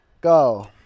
go